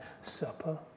supper